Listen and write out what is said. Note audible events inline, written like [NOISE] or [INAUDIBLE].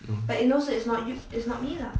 [NOISE]